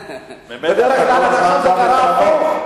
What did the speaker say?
בדרך כלל זה קרה הפוך.